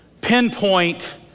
pinpoint